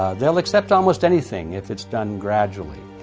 they'll accept almost anything if it's done gradually,